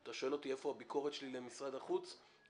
אתה שואל אותי איפה הביקורת שלי למשרד החוץ ולצוות,